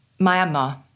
Myanmar